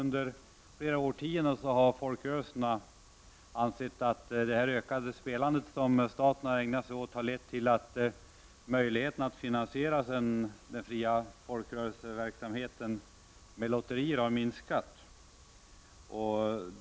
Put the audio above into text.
Under flera årtionden har folkrörelserna ansett att det ökade spelande som staten har ägnat sig åt har lett till att möjligheterna att finansiera den fria folkrörelseverksamheten med hjälp av lotterier har minskat.